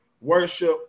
worship